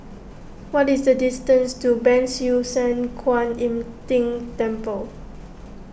what is the distance to Ban Siew San Kuan Im Tng Temple